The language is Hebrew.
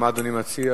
מה אדוני מציע?